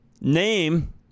name